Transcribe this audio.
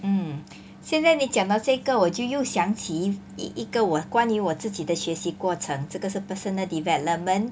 hmm 现在你讲到这一个我就又想起一个我关于我自己的学习过程这个是 personal development